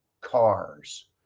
cars